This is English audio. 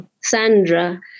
Sandra